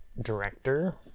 director